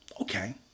okay